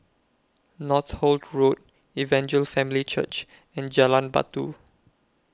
Northolt Road Evangel Family Church and Jalan Batu